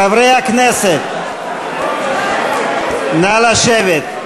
חברי הכנסת, נא לשבת.